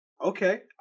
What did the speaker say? Okay